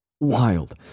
Wild